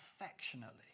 affectionately